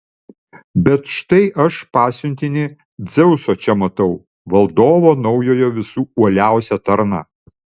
bet štai aš pasiuntinį dzeuso čia matau valdovo naujojo visų uoliausią tarną